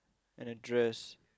and a dress